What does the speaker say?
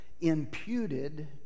imputed